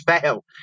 fail